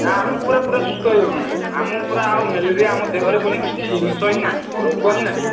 ନାଁ ଆମେ ପୁରା ପୁରା ସୁସ୍ଥ ହୋଇଗଲୁଣି ଆମ ପୁରା ଆଉ ମେଲେରିଆ ବୋଲି ଆମ ଦେହରେ ବୋଲି କିଛି ଜିନିଷ ହିଁ ନାହିଁ ରୋଗ ହିଁ ନାହିଁ